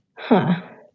huh?